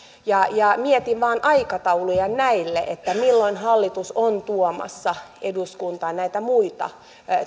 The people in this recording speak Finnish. ja ja mietin aikatauluja näille milloin hallitus on tuomassa eduskuntaan näitä muita